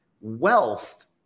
Wealth